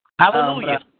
Hallelujah